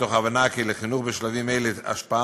מתוך הבנה כי לחינוך בשלבים אלה השפעה